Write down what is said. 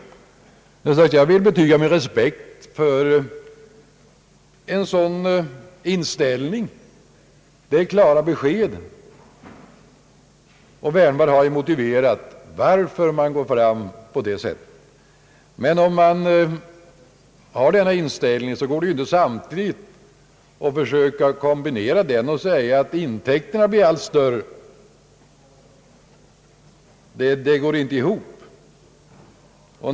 Jag vill som sagt betyga min respekt för en sådan inställning. Det är klara besked, och herr Wärnberg har motiverat varför man går fram på det sättet. Men om man har denna inställning kan man inte kombinera den med att säga att intäkterna blir allt större. Det går inte ihop.